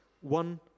one